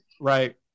right